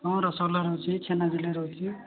ହଁ ରସଗୋଲା ରହୁଛି ଛେନାଝିଲ୍ଲୀ ରହୁଛି